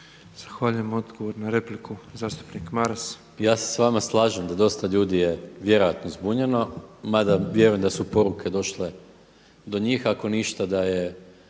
Zahvaljujem. Odgovor na repliku zastupnik Maras.